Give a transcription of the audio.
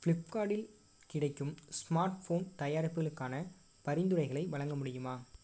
ஃப்ளிப்கார்ட்டில் கிடைக்கும் smart phone தயாரிப்புகளுக்கான பரிந்துரைகளை வழங்க முடியுமா